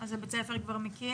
אז בית הספר כבר מכיר?